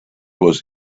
was